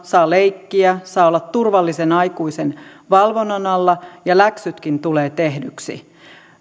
saa leikkiä saa olla turvallisen aikuisen valvonnan alla ja läksytkin tulevat tehdyksi